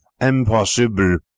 Impossible